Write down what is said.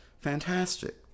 fantastic